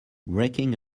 breaking